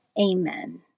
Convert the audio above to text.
Amen